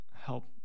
Help